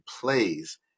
plays